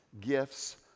gifts